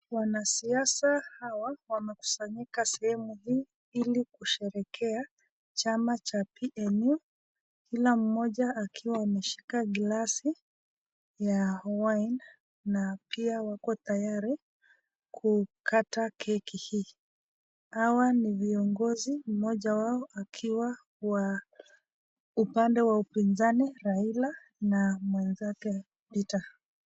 Wanasiasa hawa, wamekusanyika sehemu hii, ili kusherehekea chama cha PNU, kila mmoja akiwa ameshika glasi ya wine na pia wako tayari kukata keki hii. Hawa ni viongozi, mmoja wao akiwa upande wa upinzani, Raila, na mwenzake Rita.